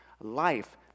Life